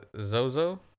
Zozo